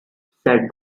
said